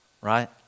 right